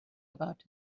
about